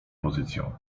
pozycję